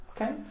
okay